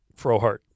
Frohart